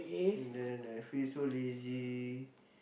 and then I feel so lazy